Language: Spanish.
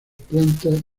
plantas